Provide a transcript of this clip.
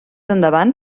endavant